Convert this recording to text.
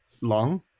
long